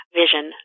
vision